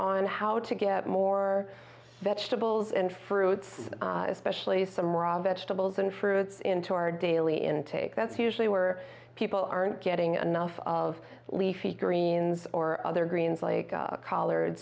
on how to get more vegetables and fruits especially some raw vegetables and fruits into our daily intake that's usually where people aren't getting enough of leafy greens or other greens like